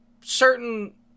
Certain